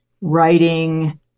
writing